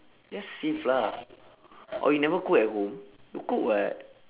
just save lah orh you never cook at home you cook [what]